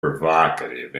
provocative